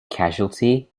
casualty